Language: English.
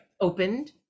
opened